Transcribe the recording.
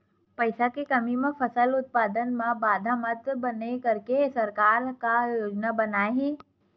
पईसा के कमी हा फसल उत्पादन मा बाधा मत बनाए करके सरकार का योजना बनाए हे?